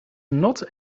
not